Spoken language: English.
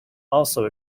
also